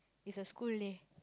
is a school day